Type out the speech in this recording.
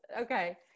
Okay